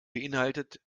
beeinhaltet